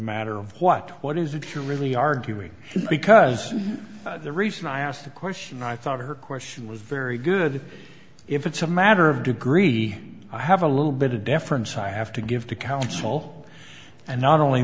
matter of what what is it you're really arguing because the reason i asked the question i thought her question was very good if it's a matter of degree i have a little bit of deference i have to give to counsel and not only